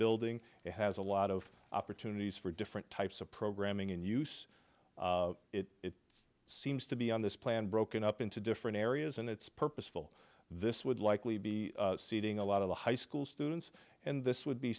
building and has a lot of opportunities for different types of programming and use it seems to be on this plan broken up into different areas and it's purposeful this would likely be seeding a lot of the high school students and this would be